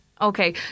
Okay